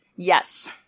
Yes